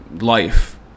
life